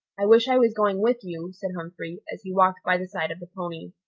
i wish i was going with you, said humphrey, as he walked by the side of the pony.